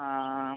ആ